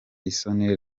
isoni